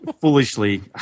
foolishly